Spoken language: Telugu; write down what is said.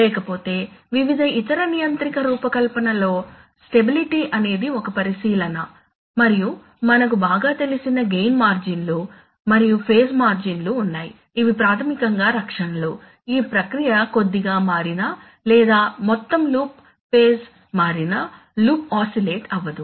లేకపోతే వివిధ ఇతర నియంత్రిక రూపకల్పనలలో స్టెబిలిటీ అనేది ఒక పరిశీలన మరియు మనకు బాగా తెలిసిన గెయిన్ మార్జిన్లు లు మరియు ఫేస్ మార్జిన్లు ఉన్నాయి ఇవి ప్రాథమికంగా రక్షణలు ఈ ప్రక్రియ కొద్దిగా మారినా లేదా మొత్తం లూప్ ఫేస్ మారినా లూప్ ఆసిలేట్ అవ్వదు